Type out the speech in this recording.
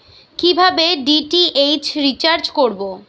কিভাবে DTH recharge করব?